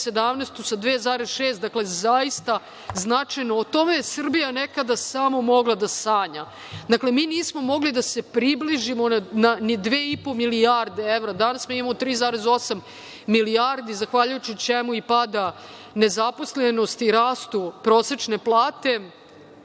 godinu sa 2,6. Dakle, zaista značajno.O tome je Srbija mogla nekada samo da sanja. Dakle, mi nismo mogli da se približimo ni 2,5 milijarde evra, a danas imamo 3,8 milijardi, zahvaljujući čemu i pada nezaposlenost i rastu prosečne